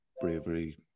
bravery